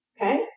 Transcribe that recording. Okay